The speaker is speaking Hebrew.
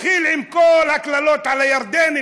מתחיל עם כל הקללות על הירדנים,